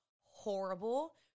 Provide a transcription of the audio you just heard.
horrible